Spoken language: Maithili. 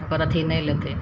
ओकर अथी नहि लेतय